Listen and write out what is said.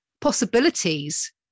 possibilities